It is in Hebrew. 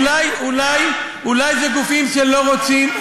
אולי אלה גופים שלא רוצים?